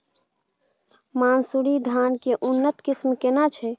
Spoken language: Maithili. मानसुरी धान के उन्नत किस्म केना छै?